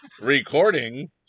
recording